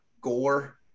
Gore